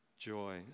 joy